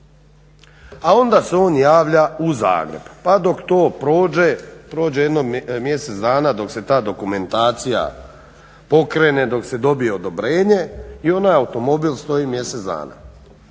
a onda se on javlja u Zagreb. Pa dok to prođe, prođe jedno mjesec dana dok se ta dokumentacija pokrene, dok se dobije odobrenje i onaj automobil stoji mjesec dana